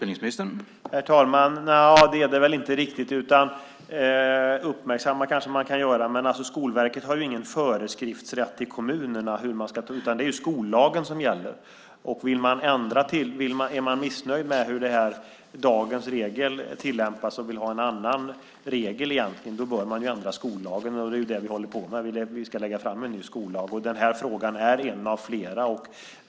Herr talman! Nja, det är det väl inte riktigt. Uppmärksamma kanske man kan göra, men Skolverket har ingen föreskriftsrätt till kommunerna, utan det är skollagen som gäller. Är man missnöjd med hur dagens regel tillämpas och egentligen vill ha en annan regel bör man ändra skollagen, och det är det vi håller på med. Vi ska lägga fram en ny skollag, och den här frågan är en av flera.